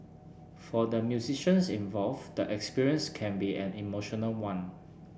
for the musicians involved the experience can be an emotional one